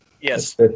Yes